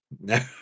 no